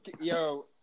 Yo